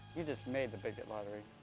you just made the bigot lottery.